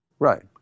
Right